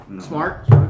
Smart